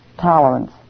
tolerance